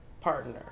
partner